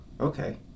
Okay